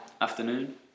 Afternoon